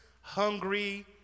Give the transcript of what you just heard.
hungry